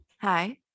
Hi